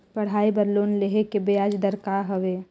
पढ़ाई बर लोन लेहे के ब्याज दर का हवे?